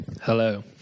Hello